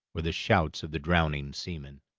or the shouts of the drowning seamen.